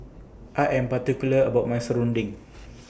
I Am particular about My Serunding